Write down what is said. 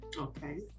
okay